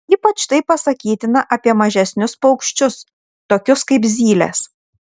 ypač tai pasakytina apie mažesnius paukščius tokius kaip zylės